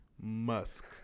Musk